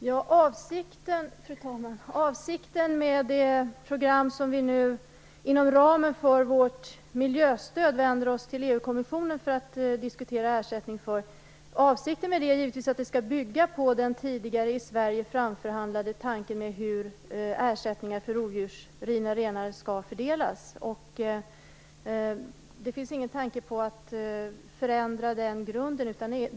Fru talman! Avsikten med det program som vi nu inom ramen för vårt miljöstöd vänder oss till EU kommissionen för att diskutera ersättning för är givetvis att det skall bygga på den tidigare i Sverige framförhandlade tanken om hur ersättningar för rovdjursrivna renar skall fördelas. Det finns ingen tanke på att förändra den grunden.